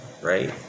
right